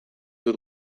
dut